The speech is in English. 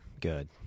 Good